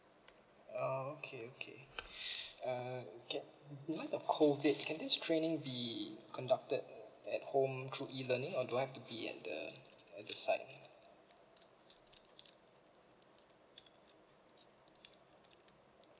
err okay okay err can and now the COVID can this training be conducted at home through E learning or do I have to be at the at the site